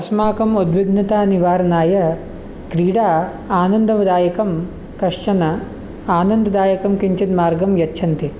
अस्माकं उद्विग्नतानिवारणाय क्रीडा आनन्ददायकं कश्चन आनन्ददायकं किञ्चित् मार्गं यच्छन्ति